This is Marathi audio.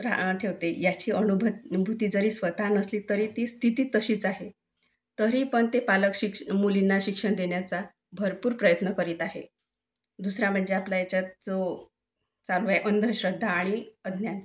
रहा ठेवते याची अनुभूती जरी स्वतः नसली तरी ती स्थिती तशीच आहे तरी पण ते पालक शिक्ष मुलींना शिक्षण देण्याचा भरपूर प्रयत्न करीत आहे दुसरा म्हणजे आपला याच्यात जो चालू आहे अंधश्रद्धा आणि अज्ञान